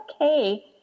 okay